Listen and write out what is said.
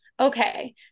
okay